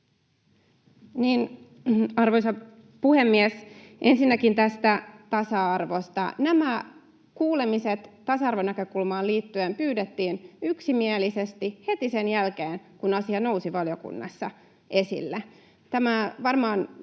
Arvoisa puhemies! Ensinnäkin tästä tasa-arvosta: Nämä kuulemiset tasa-arvonäkökulmaan liittyen pyydettiin yksimielisesti heti sen jälkeen, kun asia nousi valiokunnassa esille. Tämä varmaan